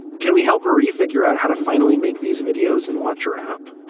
can we help marie figure out how to finally make these videos and launch your app?